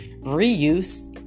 reuse